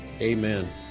Amen